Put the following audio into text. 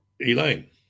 elaine